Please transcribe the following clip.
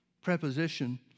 preposition